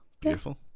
beautiful